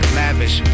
lavish